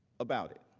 about it.